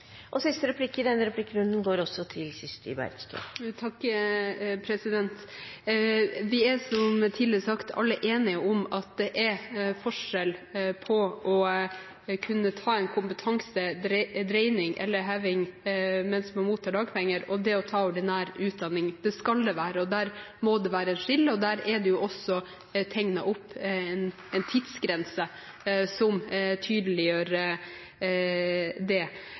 Vi er, som tidligere sagt, alle enige om at det er forskjell på å kunne ta en kompetansedreining eller -heving mens man mottar dagpenger, og det å ta ordinær utdanning. Det skal det være, der må det være et skille, og det er også tegnet opp en tidsgrense som tydeliggjør det.